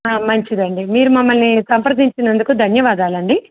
మంచిదండి మీరు మమ్మల్ని సంప్రదించినందుకు ధన్యవాదాలండి